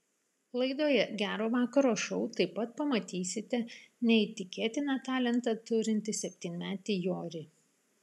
laidoje gero vakaro šou taip pat pamatysite neįtikėtiną talentą turintį septynmetį jorį